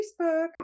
Facebook